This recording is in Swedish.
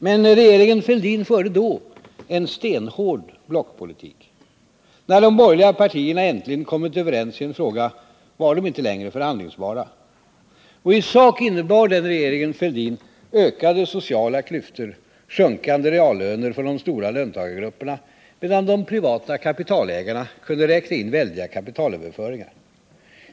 Men regeringen Fälldin förde då en stenhård blockpolitik. När de borgerliga partierna äntligen kommit överens i en fråga var frågan inte längre förhandlingsbar. I sak innebar regeringen Fälldin ökade sociala klyftor och sjunkande reallöner för de stora löntagargrupperna medan de privata kapitalägarna kunde räkna in väldiga kapitalöverföringar.